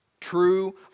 True